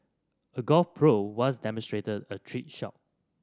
a golf pro once demonstrated a trick shot